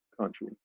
country